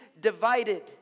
divided